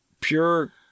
pure